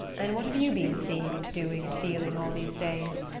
and what have you been seeing and doing and feeling all these days?